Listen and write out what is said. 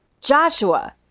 Joshua